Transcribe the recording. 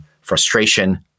frustration